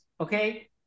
okay